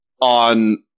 on